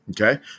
Okay